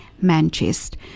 Manchester